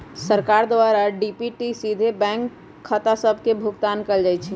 सरकार द्वारा डी.बी.टी सीधे बैंक खते सभ में भुगतान कयल जाइ छइ